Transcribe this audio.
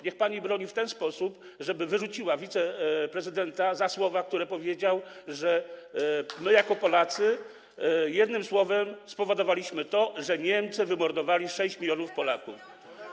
Niech pani broni w ten sposób, żeby wyrzuciła wiceprezydenta za słowa, które powiedział, że my jako Polacy jednym słowem spowodowaliśmy to, że Niemcy wymordowali 6 mln Polaków.